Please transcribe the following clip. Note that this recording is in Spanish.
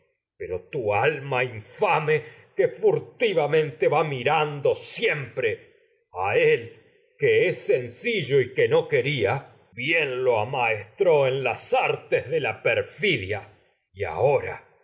pero alma infame es furtivamente y va mi rando siempre a él que sencillo que no c ueria tragedias de sófocles bien lo amaestró en las artes de la perfidia y ahora